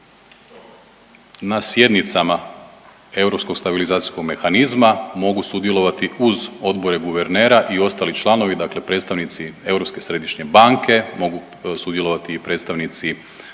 stabilizacijskog mehanizma mogu sudjelovati uz Odbore guvernera i ostali članovi, dakle predstavnici Europske središnje banke, mogu sudjelovati i predstavnici